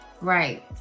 Right